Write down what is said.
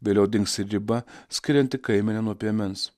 vėliau dings ir riba skirianti kaimenę nuo piemens